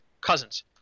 Cousins